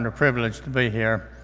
and privilege to be here.